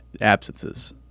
absences